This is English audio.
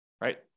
right